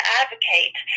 advocate